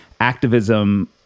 activism